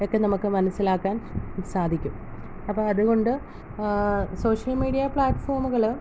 ഒക്കെ നമുക്ക് മനസ്സിലാക്കാൻ സാധിക്കും അപ്പം അതുകൊണ്ട് സോഷ്യൽ മീഡിയ പ്ലാറ്റ്ഫോമുകള്